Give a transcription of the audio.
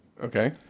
Okay